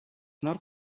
not